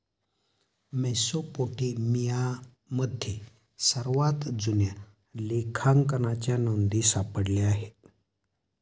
मेसोपोटेमियामध्ये सर्वात जुन्या लेखांकनाच्या नोंदी सापडल्या आहेत